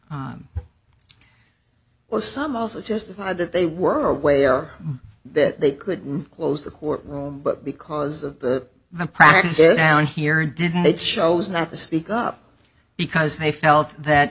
hoping well some also justify that they were aware that they couldn't close the court room but because of the practice down here didn't they chose not to speak up because they felt that